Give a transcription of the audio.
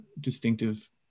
distinctive